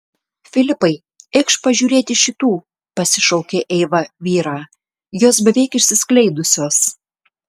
filipai eikš pažiūrėti šitų pasišaukė eiva vyrą jos beveik išsiskleidusios